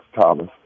Thomas